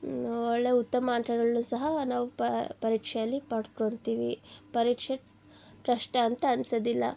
ಒಳ್ಳೆಯ ಉತ್ತಮ ಅಂಕಗಳನ್ನೂ ಸಹ ನಾವು ಪರೀಕ್ಷೆಯಲ್ಲಿ ಪಡ್ಕೊಳ್ತೀವಿ ಪರೀಕ್ಷೆ ಕಷ್ಟ ಅಂತ ಅನ್ಸೋದಿಲ್ಲ